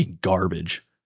garbage